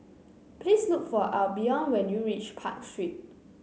please look for Albion when you reach Park Street